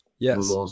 Yes